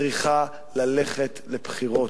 צריכה ללכת לבחירות.